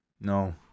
No